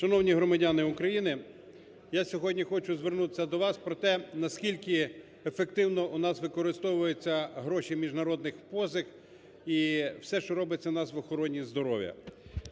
Шановні громадяни України! Я сьогодні хочу звернутися до вас про те, наскільки ефективно у нас використовуються гроші міжнародних позик, і все, що робиться у нас в охороні здоров'я.